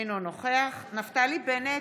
אינו נוכח נפתלי בנט,